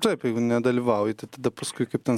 taip jeigu nedalyvauji tai tada paskui kaip ten